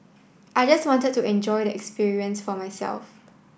I just wanted to enjoy the experience for myself